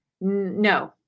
No